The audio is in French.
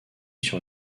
sur